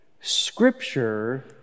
Scripture